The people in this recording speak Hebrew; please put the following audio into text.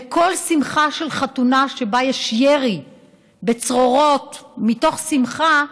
וכל חתונה שבה יש ירי בצרורות מתוך שמחה,